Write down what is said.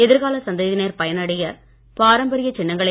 எதிர்கால சந்ததியினர் பயன் அடைய பாரம்பரிய சின்னங்களை